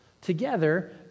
together